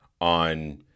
on